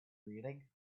reading